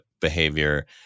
behavior